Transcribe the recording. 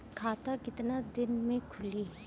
खाता कितना दिन में खुलि?